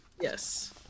Yes